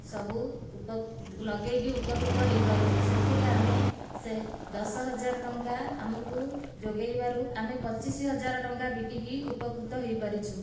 ସବୁ ଉପ ଲଗେଇକି ଉପକୃତ ହୋଇପାରୁଛୁ ସେଥିରେ ଆମେ ସେ ଦଶ ହଜାର ଟଙ୍କା ଆମକୁ ଯୋଗାଇବାରୁ ଆମେ ପଚିଶି ହଜାର ଟଙ୍କା ବିକି କି ଉପକୃତ ହୋଇ ପାରିଛୁ